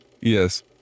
Yes